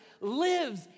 lives